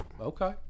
Okay